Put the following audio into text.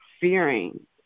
fearing